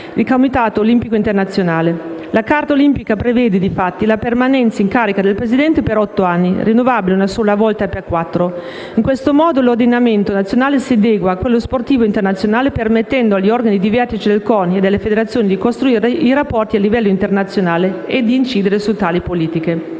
il Comitato olimpico internazionale. La carta olimpica prevede, difatti, la permanenza in carica del presidente per otto anni, rinnovabili una sola volta per quattro. In questo modo l'ordinamento nazionale si adegua a quello sportivo internazionale, permettendo agli organi di vertice del CONI e delle federazioni di costruire i rapporti a livello internazionale e di incidere su tali politiche.